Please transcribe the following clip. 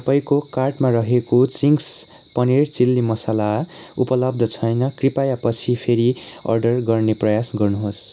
तपाईँको कार्टमा रहेको चिङ्स पनिर चिल्ली मसाला उपलब्ध छैन कृपया पछि फेरि अर्डर गर्ने प्रयास गर्नुहोस्